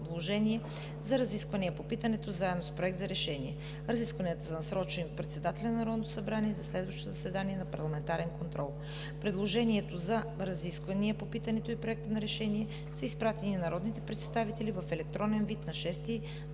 предложение за разисквания по питането заедно с Проект за решение. Разискванията са насрочени от председателя на Народното събрание за следващото заседание на парламентарен контрол. Предложението за разисквания по питането и Проекта на решение са изпратени на народните представители в електронен вид на 6